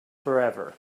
forever